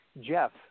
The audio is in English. Jeff